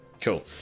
Cool